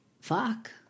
fuck